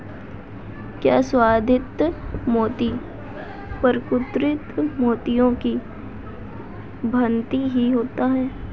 क्या संवर्धित मोती प्राकृतिक मोतियों की भांति ही होता है?